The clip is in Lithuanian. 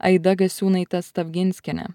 aida gasiūnaite stavginskiene